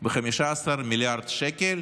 ב-15 מיליארד שקל,